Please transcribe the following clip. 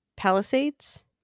Palisades